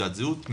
תעודת זהות,